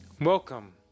welcome